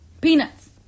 peanuts